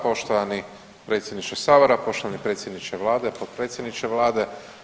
Poštovani Predsjedniče Sabora, poštovani predsjedniče Vlade, potpredsjedniče Vlade.